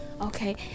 Okay